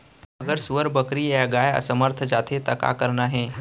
अगर सुअर, बकरी या गाय असमर्थ जाथे ता का करना हे?